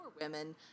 women